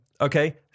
Okay